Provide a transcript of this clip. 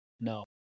No